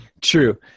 true